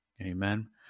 Amen